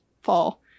fall